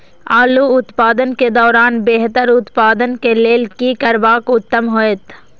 आलू उत्पादन के दौरान बेहतर उत्पादन के लेल की करबाक उत्तम होयत?